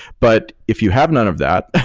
but if you have none of that,